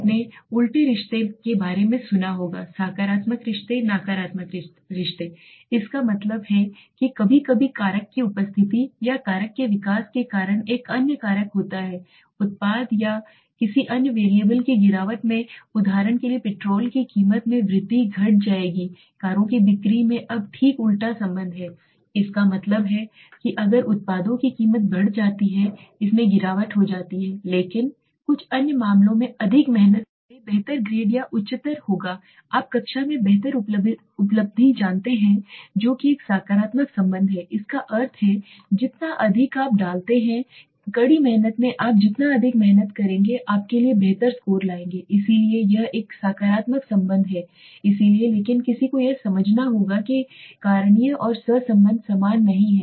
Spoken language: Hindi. आपने उलटे रिश्तों के बारे में सुना होगा सकारात्मक रिश्ते नकारात्मक रिश्ते इसका मतलब है कि कभी कभी कारक की उपस्थिति या कारक के विकास के कारण एक अन्य कारक होता है उत्पाद या किसी अन्य वैरिएबल में गिरावट से उदाहरण के लिए पेट्रोल की कीमत में वृद्धि घट जाएगी कारों की बिक्री में अब ठीक उलटा संबंध है जिसका मतलब है कि अगर उत्पादों की कीमत बढ़ जाती है इसमें गिरावट हो सकती है लेकिन कुछ अन्य मामलों में अधिक मेहनत से बेहतर ग्रेड या उच्चतर होगा आप कक्षा में बेहतर उपलब्धि जानते हैं जो कि एक सकारात्मक संबंध है जिसका अर्थ है जितना अधिक आप डालते हैं कड़ी मेहनत में आप जितना अधिक मेहनत करेंगे आपके लिए बेहतर स्कोर लाएंगे इसलिए यह एक है सकारात्मक संबंध इसलिए लेकिन किसी को यह समझना होगा कि करणीय और सहसंबंध समान नहीं हैं